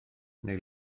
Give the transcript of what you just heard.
neu